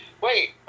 Wait